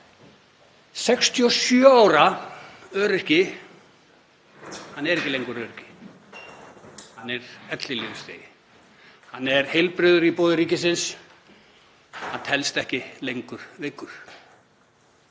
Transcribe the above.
67 ára öryrki, hann er ekki lengur öryrki, hann er ellilífeyrisþegi. Hann er heilbrigður í boði ríkisins og telst ekki lengur veikur.